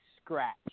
scratch